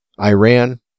Iran